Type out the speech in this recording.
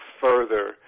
further